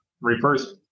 reverse